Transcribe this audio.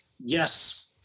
yes